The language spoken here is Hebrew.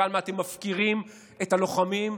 כמה אתם מפקירים את הלוחמים,